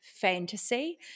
fantasy